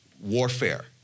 warfare